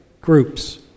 groups